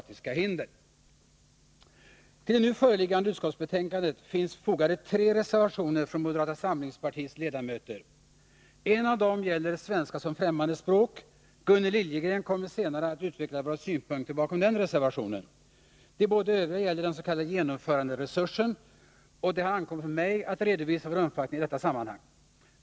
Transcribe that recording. Till nu föreliggande utskottsbetänkande finns fogade tre reservationer från moderata samlingspartiets ledamöter. En av dem gäller svenska som främmande språk. Gunnel Liljegren kommer senare att utveckla våra synpunkter bakom den reservationen. De båda övriga gäller den s.k. genomföranderesursen, och det har ankommit på mig att redovisa vår uppfattning i detta sammanhang.